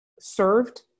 served